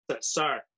Sir